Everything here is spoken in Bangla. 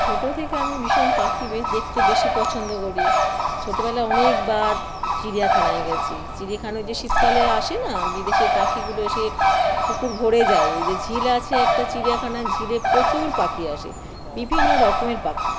ছোটো থেকে আমি ভীষণ পাখি দেক দেখতে বেশি পছন্দ করি ছোটোবেলায় অনেকবার চিড়িয়াখানায় গেছি চিড়িয়াখানয় যে শীতকালে আসে না বিদেশের পাখিগুলো এসে পুকুর ভরে যায় ওই যে ঝিল আছে একটা চিড়িয়াখানার ঝিলে প্রচুর পাখি আসে বিভিন্ন রকমের পাখি